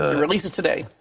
ah releases today.